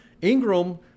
Ingram